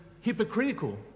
hypocritical